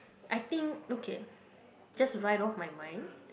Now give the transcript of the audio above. I think okay just right off my mind